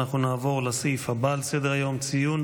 אנחנו נעבור לסעיף הבא על סדר-היום: ציון